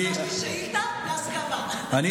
אני הגשתי שאילתה בהסכמה, שזה חשוב.